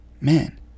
Man